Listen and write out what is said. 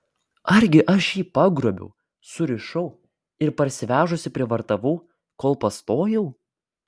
argi aš jį pagrobiau surišau ir parsivežusi prievartavau kol pastojau